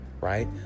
right